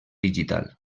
digital